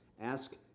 Ask